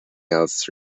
else